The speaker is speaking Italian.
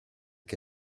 che